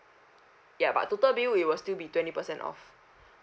ya but total bill it will still be twenty percent off